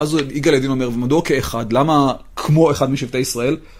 אז יגאל ידין אומר, ומדוע כאחד? למה כמו אחד משבטי ישראל?